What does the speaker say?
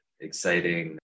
exciting